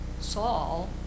Saul